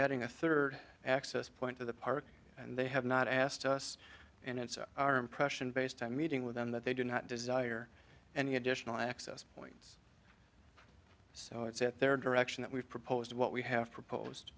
adding a third access point to the park and they have not asked us and it's our impression based on meeting with them that they do not desire any additional access points so it's at their direction that we've proposed what we have